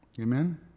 Amen